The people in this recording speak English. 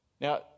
Now